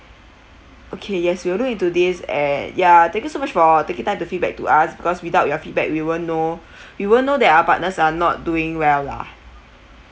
okay yes we'll look into this and ya thank you so much for taking time to feedback to us because without your feedback we won't know we won't know that our partners are not doing well lah